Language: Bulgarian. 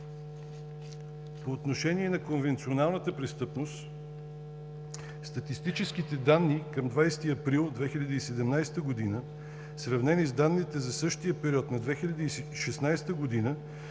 По отношение на конвенционалната престъпност: статистическите данни към 20 април 2017 г., в сравнение с данните за същия период на 2016 г.,